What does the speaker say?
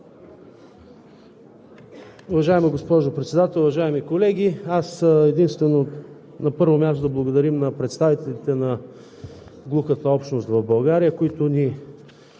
Уважаема госпожо Председател, уважаеми колеги! На първо място, да благодарим на представителите на глухата общност в България, които ни